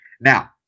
Now